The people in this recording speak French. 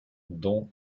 dont